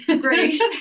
great